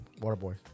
Waterboy